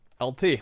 LT